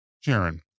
Sharon